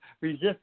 resist